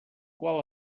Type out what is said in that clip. qual